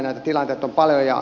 näitä tilanteita on paljon